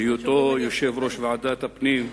בהיותו יושב-ראש ועדת הפנים,